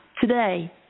today